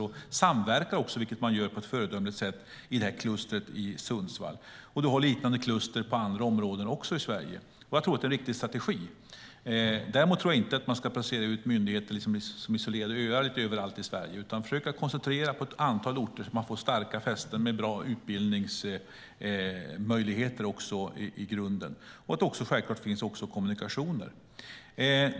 Man samverkar också på ett föredömligt sätt i klustret i Sundsvall. Vi har liknande kluster i andra områden i Sverige. Jag tror att det är en riktig strategi. Däremot tror jag inte att man ska placera ut myndigheter som isolerade öar lite överallt i Sverige utan försöka koncentrera dem på ett antal orter så att man får starka fästen med bra utbildningsmöjligheter i grunden. Det ska självklart också finnas kommunikationer.